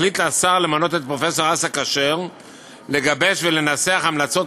החליט השר למנות את פרופסור אסא כשר לגבש ולנסח המלצות